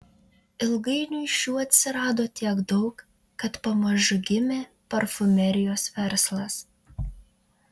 ilgainiui šių atsirado tiek daug kad pamažu gimė parfumerijos verslas